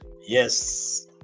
yes